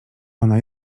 ona